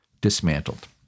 dismantled